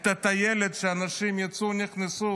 את הטיילת שאנשים יצאו-נכנסו.